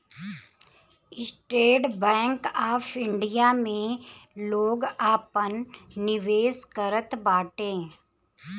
estate bank of India में लोग आपन निवेश करत बाटे